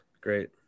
Great